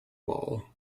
wall